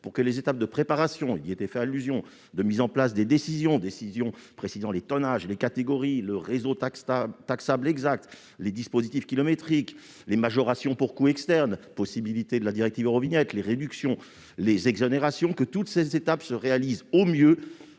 toutes les étapes de préparation, auxquelles il a été fait allusion, de mise en place des décisions précisant les tonnages, les catégories, le réseau taxable exact, les dispositifs kilométriques, les majorations pour coûts externes, les possibilités de la directive Eurovignette, les réductions et les exonérations. Toutes ces étapes devront se réaliser au mieux,